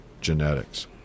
genetics